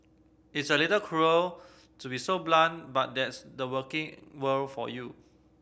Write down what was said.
it's a little cruel to be so blunt but that's the working world for you